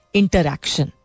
interaction